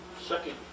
second